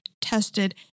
tested